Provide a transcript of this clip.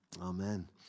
Amen